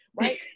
Right